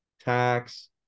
tax